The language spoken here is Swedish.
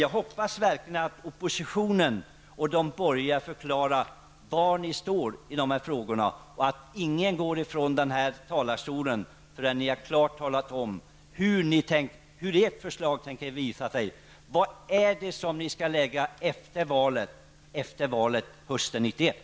Jag hoppas verkligen att oppositionen och de borgerliga förklarar var de står i dessa frågor och att ni inte går från denna talarstol utan att klart ha redovisat ert förslag. Vilket förslag ska ni lägga fram efter valet hösten 1991?